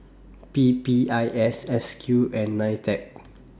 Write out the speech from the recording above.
P P I S S Q and NITEC